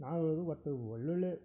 ನಾವು ಹೇಳೊದ್ ಒಟ್ಟು ಒಳ್ಳೊಳ್ಳೆಯ